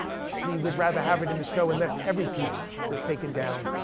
she would rather have it in the show unless every piece was taken down.